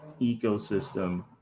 ecosystem